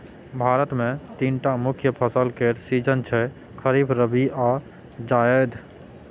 भारत मे तीनटा मुख्य फसल केर सीजन छै खरीफ, रबी आ जाएद